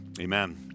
amen